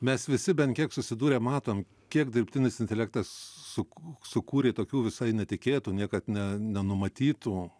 mes visi bent kiek susidūrę matom kiek dirbtinis intelektas su sukūrė tokių visai netikėtų niekad ne nenumatytų